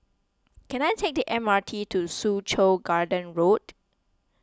can I take the M R T to Soo Chow Garden Road